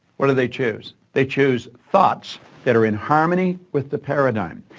what did they choose? they choose thoughts that are in harmony with the paradigm.